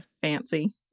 fancy